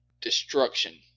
destruction